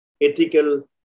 ethical